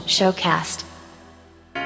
Showcast